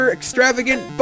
Extravagant